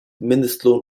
mindestlohn